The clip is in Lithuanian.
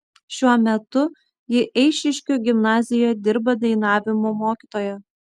šiuo metu ji eišiškių gimnazijoje dirba dainavimo mokytoja